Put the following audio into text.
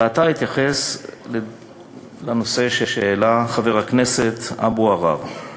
ועתה אתייחס לנושא שהעלה חבר הכנסת אבו עראר.